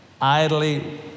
idly